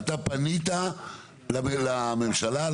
אתה פנית בעניין הזה לממשלה,